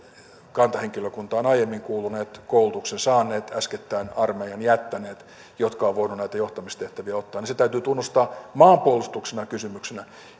kantahenkilökuntaan aiemmin kuuluneet koulutuksen saaneet äskettäin armeijan jättäneet jotka ovat voineet näitä johtamistehtäviä ottaa niin se täytyy tunnustaa maanpuolustuksellisena kysymyksenä